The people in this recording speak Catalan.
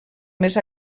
més